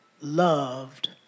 loved